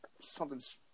something's